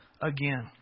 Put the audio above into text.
again